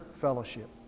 fellowship